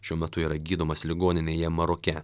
šiuo metu yra gydomas ligoninėje maroke